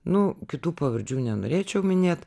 nu kitų pavardžių nenorėčiau minėt